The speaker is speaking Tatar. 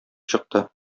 чыкты